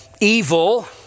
evil